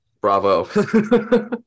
bravo